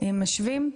אם משווים?